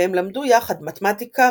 והם למדו יחד מתמטיקה,